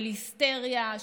של היסטריה,